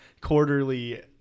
quarterly